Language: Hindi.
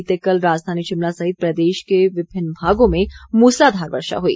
बीते कल राजधानी शिमला सहित प्रदेश के विभिन्न भागों में मुसलाधार वर्षा हुई